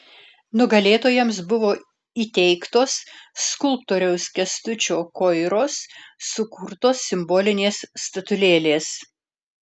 nugalėtojams buvo įteiktos skulptoriaus kęstučio koiros sukurtos simbolinės statulėlės